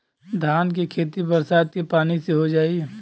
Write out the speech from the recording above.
धान के खेती बरसात के पानी से हो जाई?